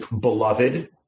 beloved